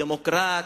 דמוקרט,